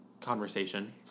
conversation